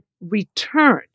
return